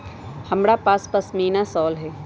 हमरा पास पशमीना शॉल हई